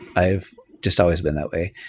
i've just always been that way.